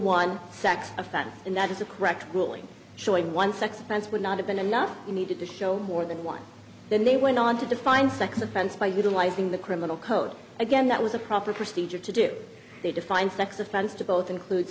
one sex offender and that is a correct ruling showing one sex offense would not have been enough you needed to show more than one then they went on to define sex offense by utilizing the criminal code again that was a proper procedure to do they defined sex offense to both include